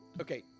Okay